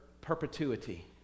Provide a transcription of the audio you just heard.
perpetuity